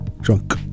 Drunk